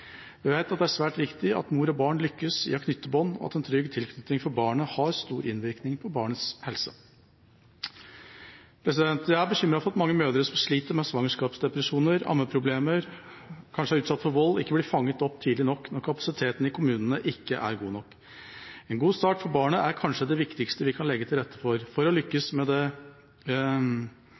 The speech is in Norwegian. Vi vet at det er svært viktig at mor og barn lykkes i å knytte bånd, og at en trygg tilknytning for barnet har stor innvirkning på barnets helse. Jeg er bekymret for at mange mødre som sliter med svangerskapsdepresjoner eller ammeproblemer, og mødre som kanskje er utsatt for vold, ikke blir fanget opp tidlig nok når kapasiteten i kommunene ikke er god nok. En god start for barnet er kanskje det viktigste vi kan legge til rette for for å